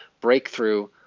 breakthrough